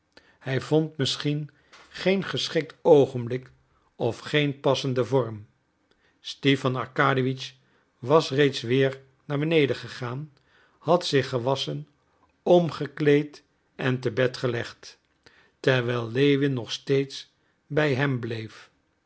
hij vond misschien geen geschikt oogenblik of geen passenden vorm stipan arkadiewitsch was reeds weer naar beneden gegaan had zich gewasschen omgekleed en te bed gelegd terwijl lewin nog steeds bij hem bleef